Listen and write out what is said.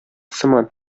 сыман